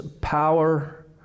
power